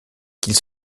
qu’ils